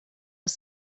aus